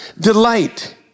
Delight